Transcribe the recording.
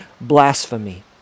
blasphemy